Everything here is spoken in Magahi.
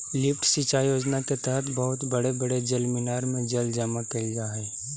लिफ्ट सिंचाई योजना के तहत बहुत बड़े बड़े जलमीनार में जल जमा कैल जा हई